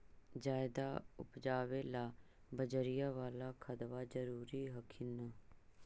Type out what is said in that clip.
ज्यादा उपजाबे ला बजरिया बाला खदबा जरूरी हखिन न?